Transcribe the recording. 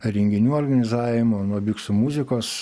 renginių organizavimo nuo biksų muzikos